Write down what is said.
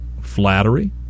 Flattery